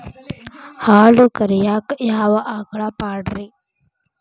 ಹಾಲು ಕರಿಯಾಕ ಯಾವ ಆಕಳ ಪಾಡ್ರೇ?